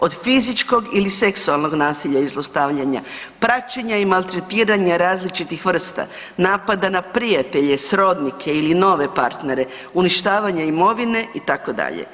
Od fizičkog ili seksualnog nasilja i zlostavljanja, praćenja i maltretiranja različitih vrsta, napada na prijatelje, srodnike ili nove partnere, uništavanje imovine itd.